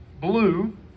blue